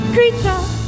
Creature